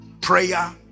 Prayer